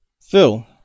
Phil